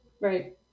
Right